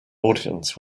audience